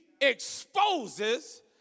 exposes